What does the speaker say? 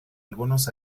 algunos